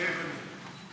מתחייב אני